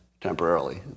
temporarily